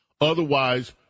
Otherwise